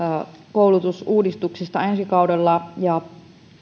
koulutusuudistuksista ensi kaudella